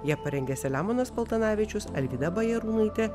ją parengė selemonas paltanavičius alvyda bajarūnaitė